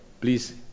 please